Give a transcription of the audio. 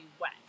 wet